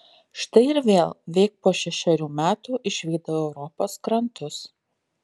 štai ir vėl veik po šešerių metų išvydau europos krantus